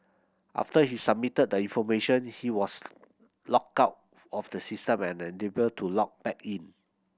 after he submitted the information he was logged out of the system and unable to log back in